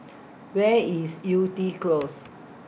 Where IS Yew Tee Close